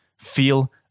feel